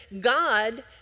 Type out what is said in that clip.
God